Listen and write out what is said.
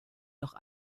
noch